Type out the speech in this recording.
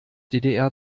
ddr